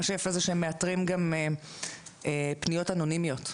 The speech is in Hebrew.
שיפה זה שהם מאתרים גם פניות אנונימיות,